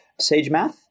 SageMath